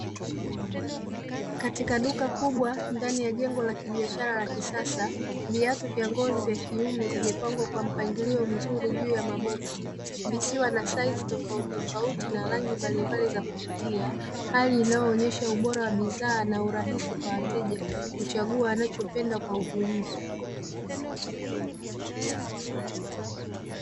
Katika duka kubwa ndani ya jengo la kibiashara la kisasa, viatu vya ngozi vya kiume vimepangwa kwa mpangilio mzuri juu ya maboksi, vikiwa na saizi tofauti tofauti na rangi mbalimbali za kuvutia. Hali inayoonyesha ubora wa bidhaa na urahisi kwa wateja kuchagua anachopenda kwa utulivu."